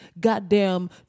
goddamn